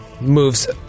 moves